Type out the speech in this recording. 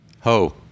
ho